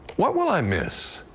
what will i miss?